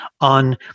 on